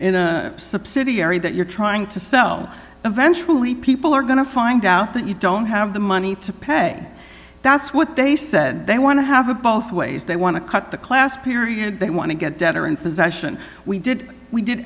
in a subsidiary that you're trying to sell eventually people are going to find out that you don't have the money to pay that's what they said they want to have a both ways they want to cut the class period they want to get debtor in possession we did we did